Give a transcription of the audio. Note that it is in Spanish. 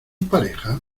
pareja